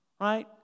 Right